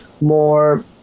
more